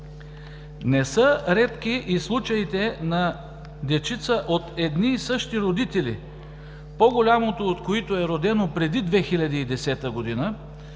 Не са редки и случаите на дечица от едни и същи родители, по голямото от които е родено преди 2010 г. и